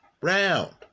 round